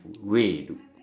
wait